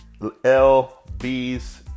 LB's